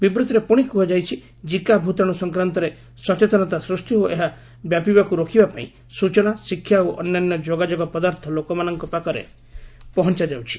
ବିବୂଭିରେ ପୁଣି କୁହାଯାଇଛି ଜିକା ଭୂତାଣୁ ସଂକ୍ରାନ୍ତରେ ସଚେତନତା ସୃଷ୍ଟି ଓ ଏହା ବ୍ୟାପିବାକୁ ରୋକିବାପାଇଁ ସ୍ବଚନା ଶିକ୍ଷା ଓ ଅନ୍ୟାନ୍ୟ ଯୋଗାଯୋଗ ପଦାର୍ଥ ଲୋକମାନଙ୍କ ପାଖରେ ପହଞ୍ଚାଯାଉଛି